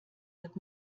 wird